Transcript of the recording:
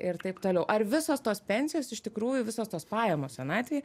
ir taip toliau ar visos tos pensijos iš tikrųjų visos tos pajamos senatvėj